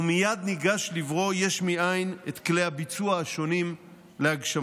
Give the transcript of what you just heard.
ומייד ניגש לברוא יש מאין את כלי הביצוע השונים להגשמתו.